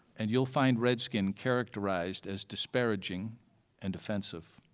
and you'll find redskin characterized as disparaging and offensive.